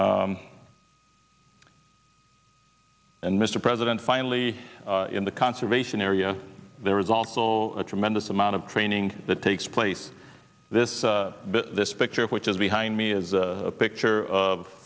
and mr president finally in the conservation area there is also a tremendous amount of training that takes place this this picture which is behind me is a picture of